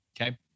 okay